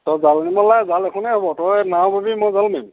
তই জাল আনিব নালাগে জাল এইখনেই হ'ব তই নাও বাবি মই জাল মাৰিম